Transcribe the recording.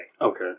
Okay